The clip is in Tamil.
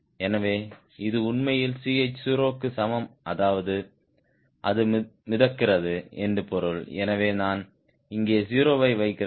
எனவே இது உண்மையில் Ch0 க்கு சமம் அதாவது அது மிதக்கிறது என்று பொருள் எனவே நான் இங்கே 0 ஐ வைக்கிறேன்